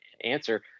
answer